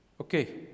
Okay